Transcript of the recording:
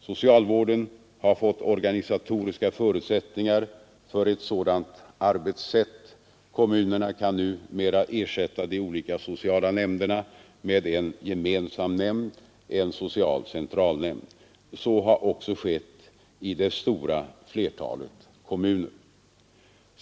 Socialvården har fått organisatoriska förutsättningar för ett sådant arbetssätt; kommunerna kan numera ersätta de olika sociala nämnderna med en gemensam nämnd — en social centralnämnd. Så har också skett i det stora flertalet kommuner.